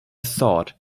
thought